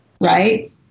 right